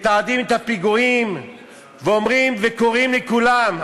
מתעדים את הפיגועים ואומרים וקוראים לכולם,